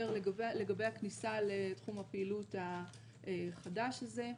לגבי הכניסה לתחום הפעילות החדש הזה.